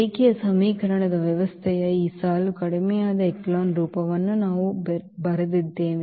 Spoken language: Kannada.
ರೇಖೀಯ ಸಮೀಕರಣದ ವ್ಯವಸ್ಥೆಯ ಈ ಸಾಲು ಕಡಿಮೆಯಾದ ಎಚೆಲಾನ್ ರೂಪವನ್ನು ನಾವು ಬರೆದಿದ್ದೇವೆ